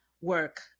work